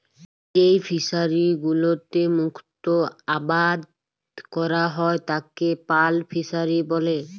যেই ফিশারি গুলোতে মুক্ত আবাদ ক্যরা হ্যয় তাকে পার্ল ফিসারী ব্যলে